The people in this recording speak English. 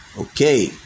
Okay